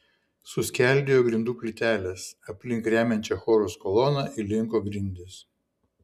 suskeldėjo grindų plytelės aplink remiančią chorus koloną įlinko grindys